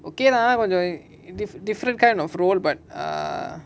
okay lah I went to the different kind of role but uh